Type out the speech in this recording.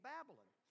Babylon